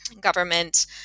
government